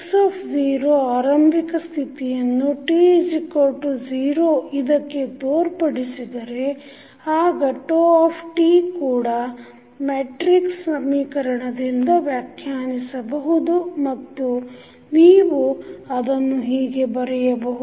ಈಗ x ಆರಂಭಿಕ ಸ್ಥಿತಿಯನ್ನು t0 ಇದಕ್ಕೆ ತೋರ್ಪಡಿಸಿದರೆ ಆಗ t ಕೂಡ ಮೆಟ್ರಿಕ್ಸ್ ಸಮೀಕರಣದಿಂದ ವ್ಯಾಖ್ಯಾನಿಸಬಹುದು ಮತ್ತು ನೀವು ಅದನ್ನು ಹೀಗೆ ಬರೆಯಬಹುದು